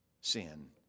sin